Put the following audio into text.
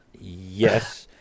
Yes